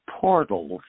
portals